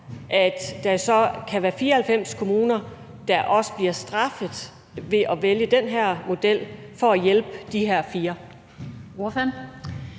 at der så kan være 94 kommuner, der bliver straffet ved at vælge den her model for at hjælpe de her 4?